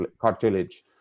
cartilage